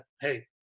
hey